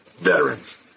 veterans